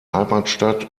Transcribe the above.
heimatstadt